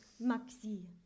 Maxie